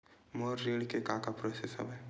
मोर ऋण के का का प्रोसेस हवय?